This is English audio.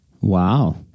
Wow